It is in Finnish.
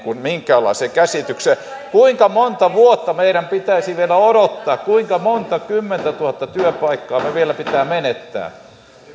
minkäänlaiseen käsitykseen kuinka monta vuotta meidän pitäisi vielä odottaa kuinka monta kymmentä tuhatta työpaikkaa meidän vielä pitää menettää arvoisa